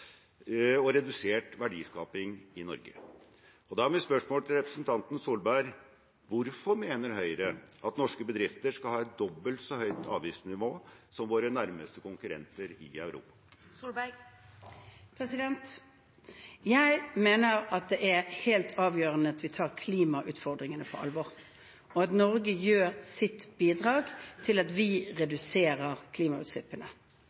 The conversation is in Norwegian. og redusert verdiskaping i Norge. Da er mitt spørsmål til representanten Solberg: Hvorfor mener Høyre at norske bedrifter skal ha et dobbelt så høyt avgiftsnivå som våre nærmeste konkurrenter i Europa? Jeg mener det er helt avgjørende at vi tar klimautfordringene på alvor, og at Norge gir sitt bidrag til at vi reduserer klimautslippene.